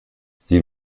sie